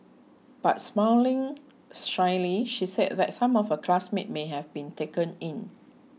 but smiling shyly she said that some of her classmates may have been taken in